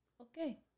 Okay